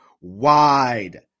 Wide